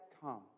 come